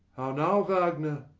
now, wagner!